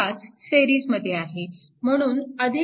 5 सिरीजमध्ये आहे म्हणून 2